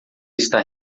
está